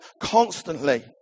constantly